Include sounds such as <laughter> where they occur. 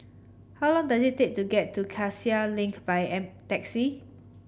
how long does it take to get to Cassia Link by <unintelligible> taxi